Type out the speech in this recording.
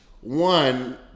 one